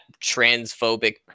transphobic